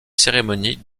cérémonies